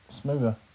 smoother